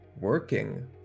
working